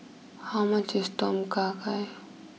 how much is Tom Kha Gai